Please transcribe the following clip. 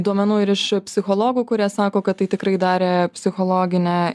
duomenų ir iš psichologų kurie sako kad tai tikrai darė psichologinę